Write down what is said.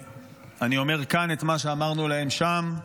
ואני אומר כאן את מה שאמרנו להם שם.